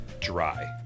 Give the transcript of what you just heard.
dry